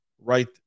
right